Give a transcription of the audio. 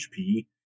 HP